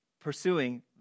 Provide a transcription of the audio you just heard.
pursuing